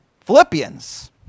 Philippians